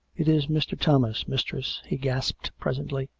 it is mr. thomas, mistress, he gasped presently.